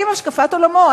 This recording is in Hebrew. האם השקפת עולמו,